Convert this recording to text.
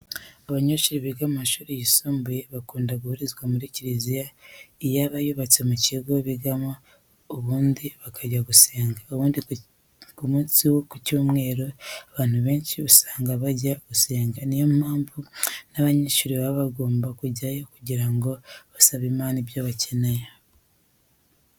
Abanyeshuri biga mu mashuri yisumbuye bakunda guhurizwa muri kiriziya iba yubatse mu kigo bigamo ubundi bakajya gusenga. Ubundi ku munsi wo ku cyumweru abantu benshi usanga bajya gusenga. Niyo mpamvu n'abanyeshuri baba bagomba kujyayo kugira ngo basabe Imana ibyo bakeneye.